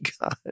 god